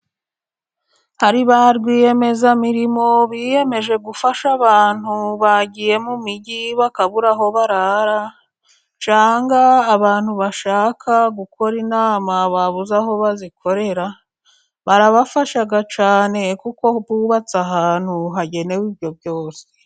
Hari ba Rwiyemezamirimo biyemeje gufasha abantu bagiye mu mijyi bakabura aho barara, cyangwa abantu bashaka gukora inama babuze aho bazikorera barabafasha cyane kuko bubatse ahantu hagenewe ibyo byose.